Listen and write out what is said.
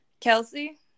Kelsey